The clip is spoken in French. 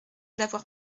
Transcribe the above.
d’avoir